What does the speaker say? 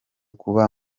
kuba